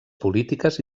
polítiques